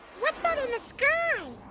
what's that in the sky?